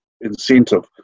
incentive